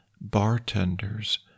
bartenders